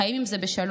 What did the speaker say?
חיים עם זה בשלום?